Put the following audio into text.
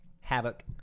havoc